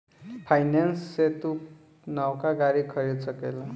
finance से तू नवका गाड़ी खरीद सकेल